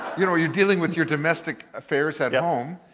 you know you're dealing with your domestic affairs at home.